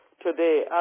today